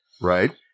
Right